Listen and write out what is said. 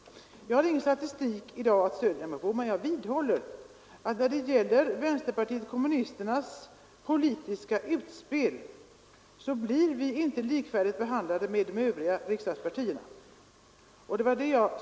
Jag har i dag ingen statistik att stödja mig på, men jag vidhåller att vpk vid sina politiska utspel inte behandlas likvärdigt med de övriga politiska partierna.